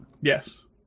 Yes